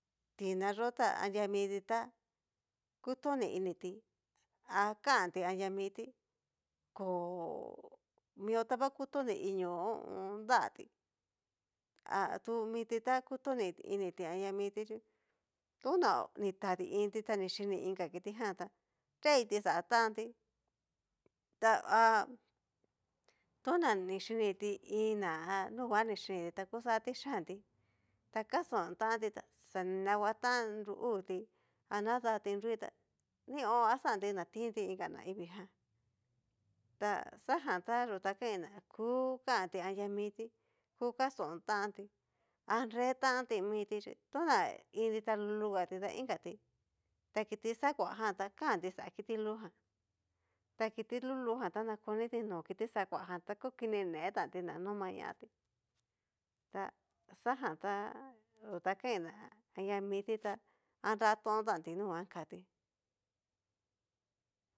Tina yó anria miti ta kutoni initi, a kanti anria miti kooo mkió ta va kutoni inió da'a ti, tu miti ta ha kutoni initi anria miti xhí toná ni tadi iin'ti ta ni xhini iin ka kiti ján tá nreiti xa tanti ta há, tona ni xhiniti iin ná ha nunguan nixhiniti tá kuxatri yianti, ta kaston tanti ta xa ni nanguatan nru uu ti anadatí nruí tá, nión axanti na tinti inka naivii jan ta xajan ta yú ta kain na ku kanti anria miti, ku kaston tanti nre tanti miti chí tona iin ti ta lulugati da inkati, ta kiti xakuajan tá kanti xá kiti lújan ta kiti lulujan ta na koniti no kiti xakuajan, ta kukini netanti na noma ñatí ta xajan ta yú ta kain na anria miti ta anratontanti nunguan katí.